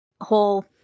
whole